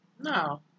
No